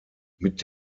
mit